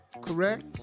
correct